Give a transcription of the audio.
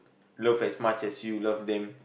love as much you love them